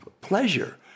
pleasure